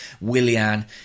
Willian